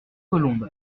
colombe